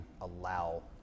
allow